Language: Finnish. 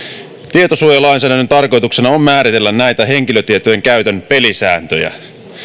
tietosuojalainsäädännön tarkoituksena on määritellä näitä henkilötietojen käytön pelisääntöjä